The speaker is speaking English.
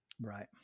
Right